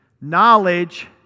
Knowledge